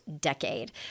decade